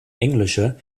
englische